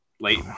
Late